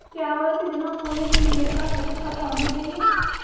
क्या आवर्ती जमा खोलने के लिए मेरे पास बचत खाता होना चाहिए?